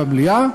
במליאה,